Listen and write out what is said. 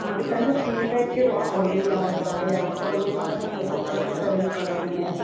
हा तव्हांजो skin type कहिड़ो आहे ऑइली आहे ड्राए आहे त उनजे हिसाब सां मेकअप प्रोडक्ट एरेंज करणा पवंदा आहिनि